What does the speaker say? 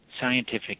scientific